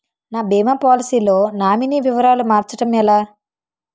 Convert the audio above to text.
నా భీమా పోలసీ లో నామినీ వివరాలు మార్చటం ఎలా?